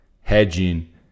Hedging